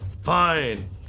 Fine